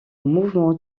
mouvement